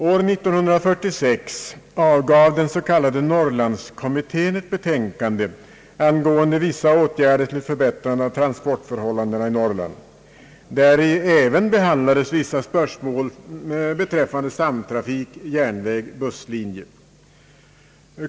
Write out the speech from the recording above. År 1946 avgav den s.k. Norrlandskommittén ett betänkande angående vissa åtgärder till förbättrande av transportförhållandena i Norrland, däri även behandlades vissa spörsmål beträffande samtrafik järnväg—busslinjer.